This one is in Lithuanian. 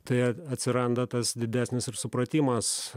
tai atsiranda tas didesnis ir supratimas